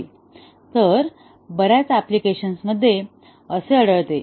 होय तर बर्याच अप्लिकेशन मध्ये असे आढळते